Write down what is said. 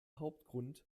hauptgrund